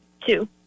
two